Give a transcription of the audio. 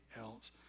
else